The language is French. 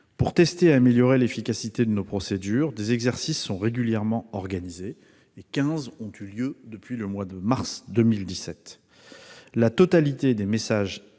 Pour tester et améliorer l'efficacité de nos procédures, des exercices sont régulièrement organisés : il y en a eu quinze depuis le mois de mars 2017. La totalité des messages